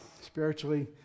spiritually